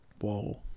Whoa